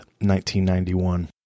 1991